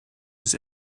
his